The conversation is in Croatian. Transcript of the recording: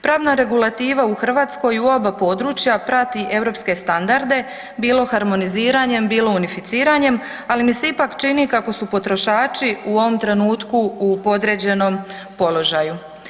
Pravna regulativa u Hrvatskoj u oba područja prati europske standarde bilo harmoniziranjem bilo unificiranjem, ali mi se ipak čini kako su potrošači u ovom trenutku u podređenom položaju.